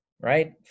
right